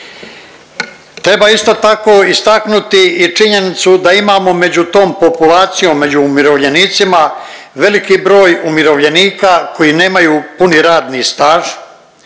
Treba isto tako istaknuti i činjenicu da imamo među tom populacijom, među umirovljenicima veliki broj umirovljenika koji nemaju puni radni staž,